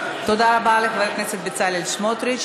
תודה רבה לחבר הכנסת בצלאל סמוטריץ.